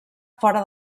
fora